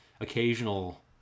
occasional